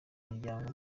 n’imiryango